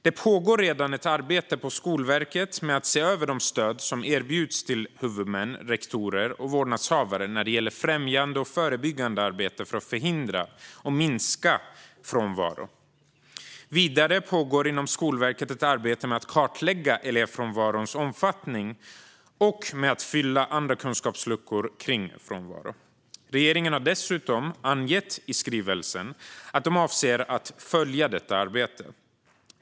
Det pågår redan ett arbete på Skolverket med att se över de stöd som erbjuds till huvudmän, rektorer och vårdnadshavare när det gäller främjande och förebyggande arbete för att förhindra och minska frånvaro. Vidare pågår inom Skolverket ett arbete med att kartlägga elevfrånvarons omfattning och att fylla kunskapsluckor kring frånvaro. Regeringen har dessutom angett i skrivelsen att de avser att följa detta arbete.